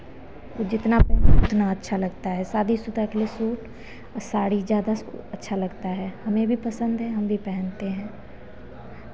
जितना पहनो उतना अच्छा लगता है शादी सुदा के लिए सूट औ साड़ी ज़्यादा अच्छा लगता है हमें भी पसंद हम भी पहनते हैं